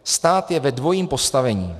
Stát je ve dvojím postavení.